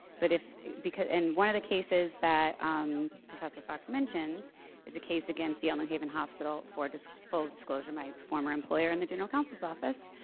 but if because, in one of the cases that professor fox mentions is a case against yale new haven hospial, for just full disclosure, my former employer in the general counsel's office.